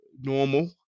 normal